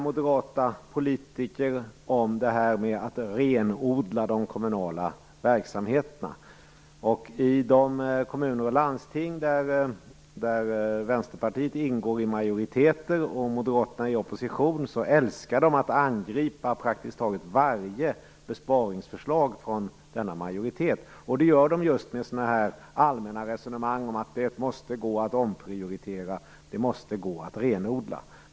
Moderata politiker talar gärna om att renodla de kommunala verksamheterna. I de kommuner och landsting där Vänsterpartiet ingår i majoriteter och Moderaterna i opposition älskar de att angripa praktiskt taget varje besparingsförslag från majoriteten. Det gör de just med sådana här allmänna resonemang om att det måste gå att omprioritera, måste gå att renodla.